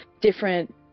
different